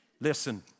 Listen